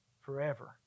forever